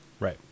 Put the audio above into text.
Right